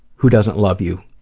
who doesn't love you